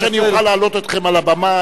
העיקר שאני אוכל להעלות אתכם על הבמה,